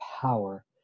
power